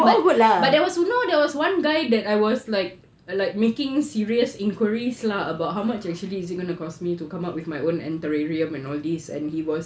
but there was know there was one guy that I was like like making serious enquiries lah about how much actually is it gonna cost me to come up with my own anterrium and all these and he was